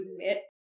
admit